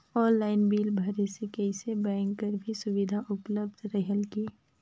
Online bill भरे से कइसे बैंक कर भी सुविधा उपलब्ध रेहेल की?